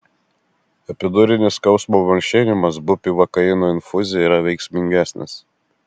epidurinis skausmo malšinimas bupivakaino infuzija yra veiksmingesnis